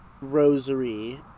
rosary